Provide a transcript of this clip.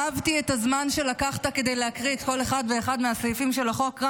אהבתי את הזמן שלקחת כדי להקריא כל אחד ואחד מהסעיפים של החוק רק